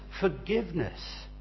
forgiveness